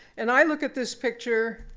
and i look at this picture.